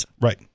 Right